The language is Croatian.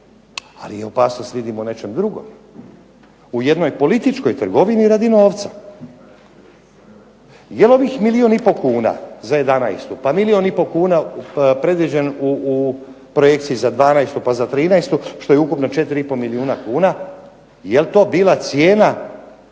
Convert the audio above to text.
Ali, ja opasnost vidim u nečem drugom. U jednoj političkoj trgovini radi novca. Jel' ovih milijun i pol kuna za 2011. pa milijun i pol kuna predviđen u projekciji za 2012. pa za 2013. što je ukupno 4,5 milijuna kuna jel' to bila cijena